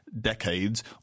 decades